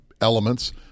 elements